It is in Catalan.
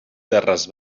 terres